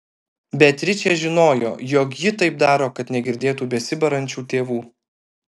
beatričė žinojo jog ji taip daro kad negirdėtų besibarančių tėvų